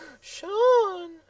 Sean